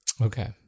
Okay